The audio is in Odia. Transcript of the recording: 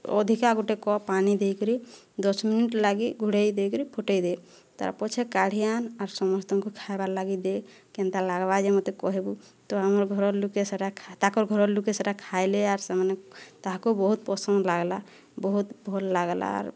ଅଧିକା ଗୁଟେ କପ୍ ପାନି ଦେଇ କରି ଦଶ ମିନିଟ୍ ଲାଗି ଘୁଡ଼ାଇ ଦେଇକରି ଫୁଟାଇ ଦେ ତା'ର୍ ପଛେ କାଢ଼ି ଆଣ ଆର୍ ସମସ୍ତଙ୍କୁ ଖାଇବା ଲାଗି ଦେ କେନ୍ତା ଲାଗ୍ବା ଯେ ମୋତେ କହିବୁ ତ ଆମର ଘରର ଲୋକେ ସେଟା ଖା ତାଙ୍କର ଘରର ଲୋକେ ସେଟା ଖାଇଲେ ଆର୍ ସେମାନେ ତାହାକୁ ବହୁତ ପସନ୍ଦ ଲାଗ୍ଲା ବହୁତ ଭଲ୍ ଲାଗ୍ଲା ଆର୍